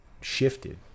shifted